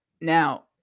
Now